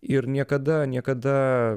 ir niekada niekada